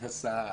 הנדסה,